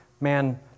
Man